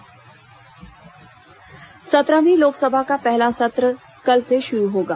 संसद सत्र सत्रहवीं लोकसभा का पहला सत्र कल से शुरू होगा